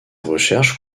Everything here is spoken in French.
recherches